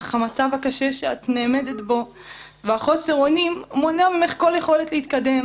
אך המצב הקשה שאת עומדת בו וחוסר האונים מונע ממך כל יכולת להתקדם